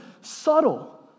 subtle